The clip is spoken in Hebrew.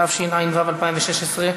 התשע"ו 2016,